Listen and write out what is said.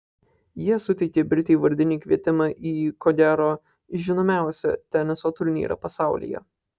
jie suteikė britei vardinį kvietimą į ko gero žinomiausią teniso turnyrą pasaulyje